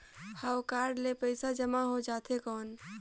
हव कारड ले पइसा जमा हो जाथे कौन?